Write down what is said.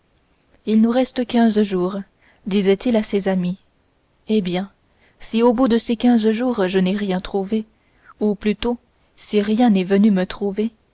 il nous reste quinze jours disait-il à ses amis eh bien si au bout de ces quinze jours je n'ai rien trouvé ou plutôt si rien n'est venu me trouver